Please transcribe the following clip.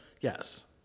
Yes